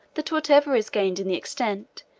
that whatever is gained in the extent,